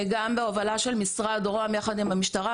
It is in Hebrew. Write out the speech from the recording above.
גם בהובלה של משרד רוה"מ יחד עם המשטרה,